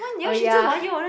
oh ya